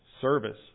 service